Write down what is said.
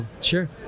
Sure